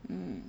mm